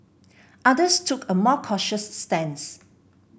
others took a more cautious stance